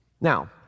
Now